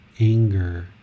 anger